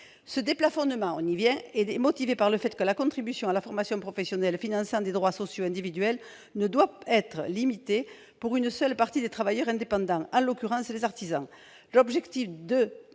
Ce déplafonnement est motivé par le fait que la contribution à la formation professionnelle finançant des droits sociaux individuels ne doit pas être limitée pour une seule partie des travailleurs indépendants, en l'occurrence les artisans.